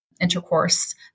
intercourse